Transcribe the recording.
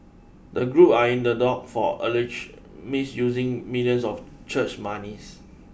the group are in the dock for allegedly misusing millions of church monies